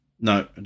No